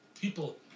people